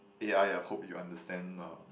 a_i I hope you understand uh